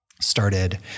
started